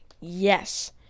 Yes